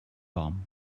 warm